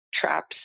traps